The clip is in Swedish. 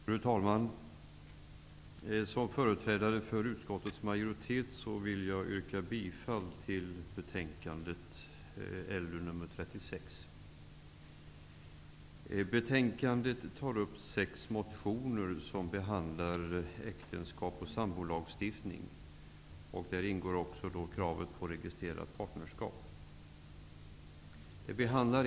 Fru talman! Som företrädare för utskottets majoritet vill jag yrka bifall till hemställan i betänkande LU36. I betänkandet tas sex motioner upp som behandlar äktenskaps och sambolagstiftning. Där ingår också kravet på registrerat partnerskap.